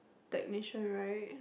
technician right